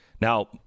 Now